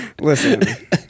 Listen